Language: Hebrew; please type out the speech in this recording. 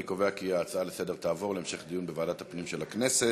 אני קובע כי ההצעה לסדר תעבור להמשך דיון בוועדת הפנים של הכנסת.